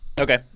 Okay